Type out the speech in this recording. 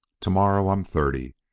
to-morrow i'm thirty,